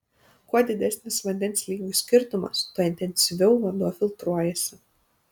kuo didesnis vandens lygių skirtumas tuo intensyviau vanduo filtruojasi